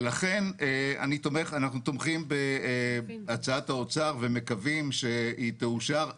ולכן אנחנו תומכים בהצעת האוצר ומקווים שהיא תאושר.